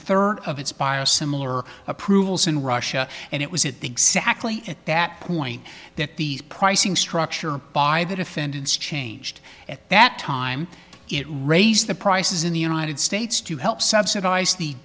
third of its by a similar approvals in russia and it was at the exactly at that point that the pricing structure by the defendants changed at that time it raised the prices in the united states to help subsidize the